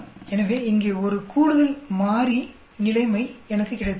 எனவே இங்கே ஒரு கூடுதல் மாறி நிலைமை எனக்கு கிடைத்துள்ளது